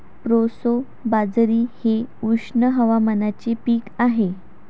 proso बाजरी हे उष्ण हवामानाचे पीक आहे